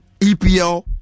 EPL